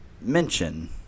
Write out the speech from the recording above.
mention